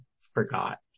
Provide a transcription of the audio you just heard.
forgot